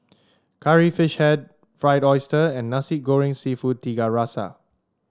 Curry Fish Head Fried Oyster and Nasi Goreng seafood Tiga Rasa